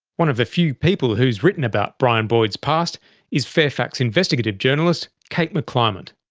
one of the few people who has written about brian boyd's past is fairfax investigative journalist kate mcclymont.